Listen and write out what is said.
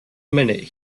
minute